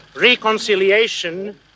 reconciliation